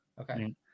Okay